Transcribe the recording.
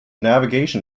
navigation